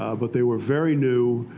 ah but they were very new.